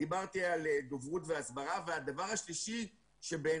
דיברתי על דוברות והסברה, והדבר השלישי ששכחתי